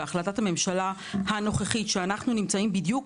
בהחלטת הממשלה הנוכחית, ואנחנו נמצאים בדיוק